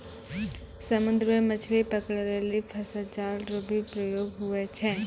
समुद्र मे मछली पकड़ै लेली फसा जाल रो भी प्रयोग हुवै छै